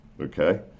Okay